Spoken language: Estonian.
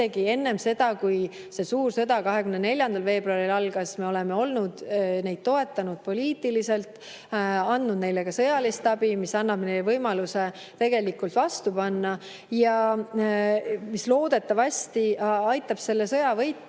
enne seda, kui see suur sõda 24. veebruaril algas. Me oleme neid toetanud poliitiliselt, andnud neile ka sõjalist abi, mis annab neile võimaluse tegelikult vastu panna ja loodetavasti aitab selle sõja võita.